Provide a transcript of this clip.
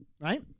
Right